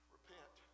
Repent